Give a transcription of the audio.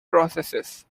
processes